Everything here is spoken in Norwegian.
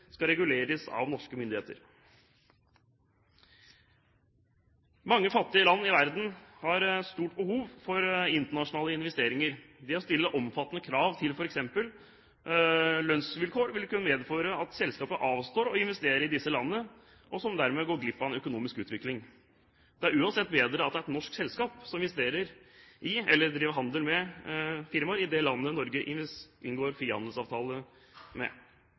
skal reguleres av norske myndigheter. Mange fattige land i verden har et stort behov for internasjonale investeringer. Det å stille omfattende krav til f.eks. lønnsvilkår vil kunne medføre at selskaper avstår fra å investere i disse landene, som dermed går glipp av en økonomisk utvikling. Det er uansett bedre at det er et norsk selskap som investerer i eller driver handel med firmaer i det landet Norge inngår frihandelsavtale med.